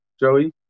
Joey